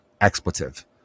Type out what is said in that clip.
expletive